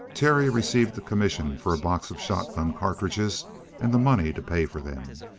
terry received the commission for a box of shotgun cartridges and the money to pay for them.